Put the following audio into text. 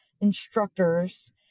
instructors